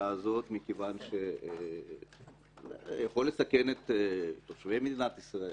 הזאת מכיוון שזה יכול לסכן את תושבי מדינת ישראל,